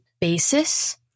basis